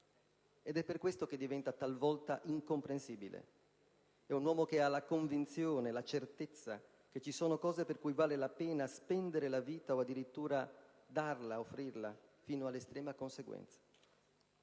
ed è per questo che diventa talvolta incomprensibile. È un uomo che ha la convinzione e la certezza che ci sono cose per cui vale la pena spendere la vita o addirittura darla, offrirla fino all'estrema conseguenza,